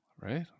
Right